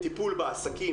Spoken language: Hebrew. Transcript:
טיפול בעסקים,